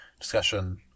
discussion